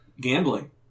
gambling